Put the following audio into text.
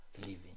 living